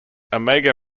omega